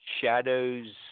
Shadows